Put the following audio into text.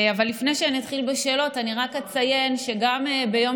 אבל לפני שאני אתחיל בשאלות אני רק אציין שגם ביום